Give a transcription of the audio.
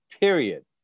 period